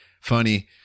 funny